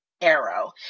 Arrow